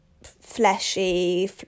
fleshy